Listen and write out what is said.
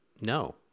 no